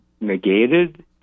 negated